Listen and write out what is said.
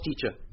teacher